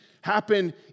happen